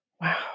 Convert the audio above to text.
Wow